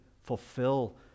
Fulfill